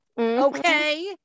Okay